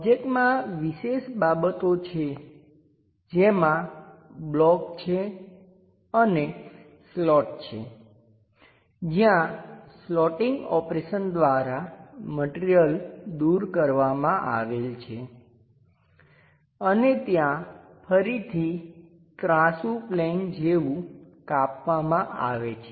ઓબ્જેક્ટમાં વિશેષ બાબતો છે જેમાં બ્લોક છે અને સ્લોટ છે જ્યાં સ્લોટીંગ ઓપરેશન દ્વારા મટિરિયલ દૂર કરવામાં આવેલ છે અને ત્યાં ફરીથી ત્રાસું પ્લેન જેવું કાપવામાં આવે છે